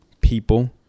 people